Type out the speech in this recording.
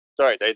sorry